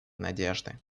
надежды